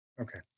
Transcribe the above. Okay